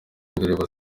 indirimbo